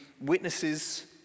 witnesses